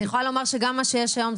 אני יכולה לומר שגם מה שיש היום,